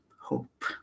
hope